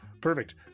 Perfect